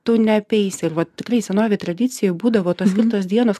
tu neapeisi ir va tikrai senovėj tradicijoj būdavo tos skirtos dienos